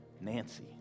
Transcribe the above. Nancy